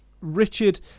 Richard